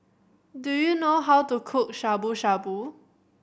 do you know how to cook Shabu Shabu